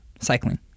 Cycling